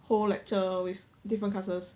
whole lecture with different classes